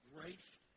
grace